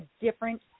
different